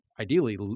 ideally